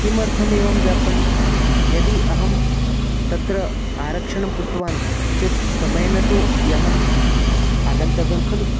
किमर्थमेवं जातं यदि अहं तत्र आरक्षणं कृतवान् चेत् समयेन तु यानम् आगन्तव्यं खलु